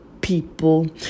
people